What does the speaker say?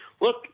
look